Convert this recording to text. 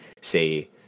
say